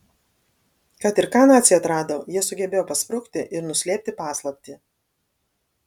kad ir ką naciai atrado jie sugebėjo pasprukti ir nuslėpti paslaptį